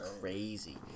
crazy